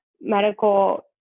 medical